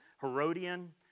Herodian